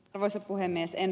arvoisa puhemies